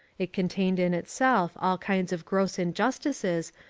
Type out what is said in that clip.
it contained in itself all kinds of gross injustices,